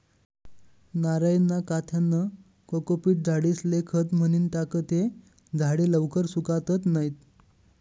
नारयना काथ्यानं कोकोपीट झाडेस्ले खत म्हनीन टाकं ते झाडे लवकर सुकातत नैत